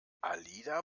alida